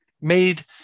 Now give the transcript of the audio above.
made